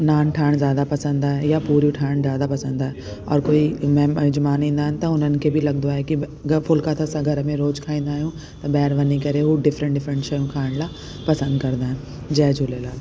नान ठाहिण जादा पसंदि आहे या पूरियूं ठाहिण जादा पसंदि आहे और कोई मिजमान इंदा आहिनि त हिननि खे बि लॻंदो आहे की भाई फुलका त असां घर में रोज खाईंदा आहियूं त ॿाहिरि वञी करे उए डिफरेंट डिफरेंट शयूं खाइण लाइ पसंदि कंदा आहिनि जय झूलेलाल